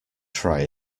try